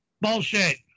Bullshit